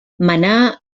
manà